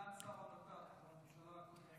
סגן שר הבט"פ בממשלה הקודמת.